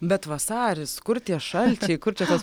bet vasaris kur tie šalčiai kur čia tos